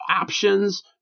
options